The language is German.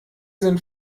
sind